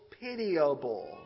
pitiable